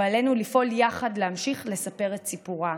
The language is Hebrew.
ועלינו לפעול יחד להמשיך לספר את סיפורם,